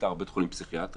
סניטר בבית חולים פסיכיאטרי